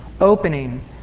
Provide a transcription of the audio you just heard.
opening